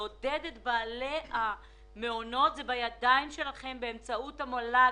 כדי לעודד את בעלי המעונות באמצעות המל"ג.